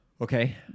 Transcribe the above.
Okay